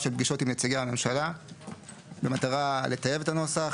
של פגישות עם נציגי הממשלה במטרה לטייב את הנוסח,